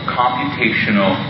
computational